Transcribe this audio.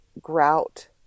grout